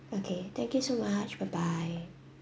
okay thank you so much bye bye